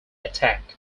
attack